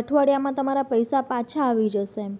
અઠવાડિયામાં તમારા પૈસા પાછા આવી જશે એમ